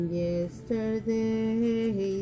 yesterday